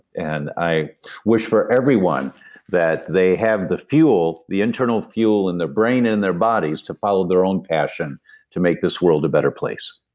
and i wish for everyone that they have the fuel, the internal fuel in their brain, in their bodies, to follow their own passion to make this world a better place